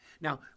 Now